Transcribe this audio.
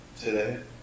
Today